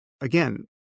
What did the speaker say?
again